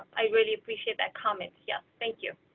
i really appreciate that comment. yes, thank you.